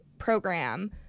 Program